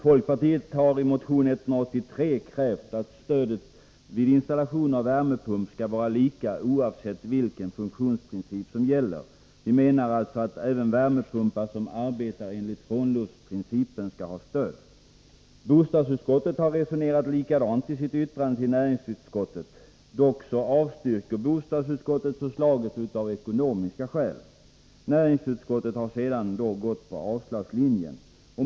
Folkpartiet har i motion 183 krävt att stödet vid installation av värmepump skall vara lika oavsett vilken funktionsprincip som gäller. Vi menar alltså att även värmepumpar som arbetar enligt frånluftsprincipen skall ha stöd. Bostadsutskottet har resonerat likadant i sitt yttrande till näringsutskottet. Bostadsutskottet avstyrker dock förslaget av ekonomiska skäl. Näringsutskottet har sedan gått på avslagslinjen.